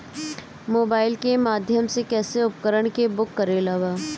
Mobile के माध्यम से कैसे उपकरण के बुक करेके बा?